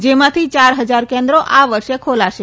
જેમાંથી ચાર હજાર કેન્દ્રો આ વર્ષે ખોલાશે